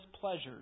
pleasures